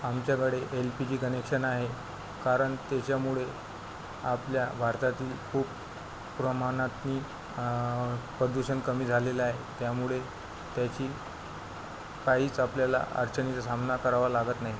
आमच्याकडे L P G connection आहे कारण त्याच्यामुळे आपल्या भारतातील खूप प्रमाणातनं प्रदूषण कमी झालेलं आहे त्यामुळे त्याची काहीच आपल्याला अडचणीचा सामना करावा लागत नाही